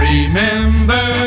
Remember